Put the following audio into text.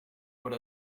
what